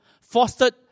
fostered